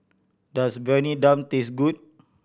does Briyani Dum taste good